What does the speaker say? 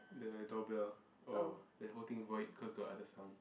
the door bell or the whole thing void cause got other sound